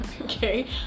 okay